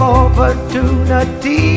opportunity